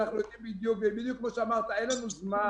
זה בדיוק כמו שאמרת אין לנו זמן.